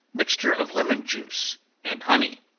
mixture of lemon juice and honey.